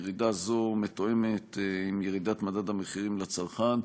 ירידה זו מתואמת עם ירידת מדד המחירים לצרכן.